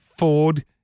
Ford